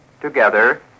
together